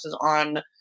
on